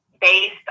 based